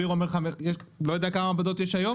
אני לא יודע כמה מעבדות יש היום.